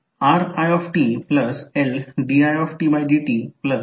तर हे v1 साठी आहेL1 d i1 dt लिहिले आहे परंतु i2 मुळे कॉइल 1 मध्ये काही व्होल्टेज तयार होईल